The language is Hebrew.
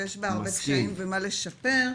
ויש בה הרבה קשיים ומה לשפר,